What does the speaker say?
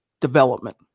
development